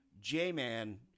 J-Man